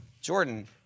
Jordan